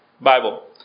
Bible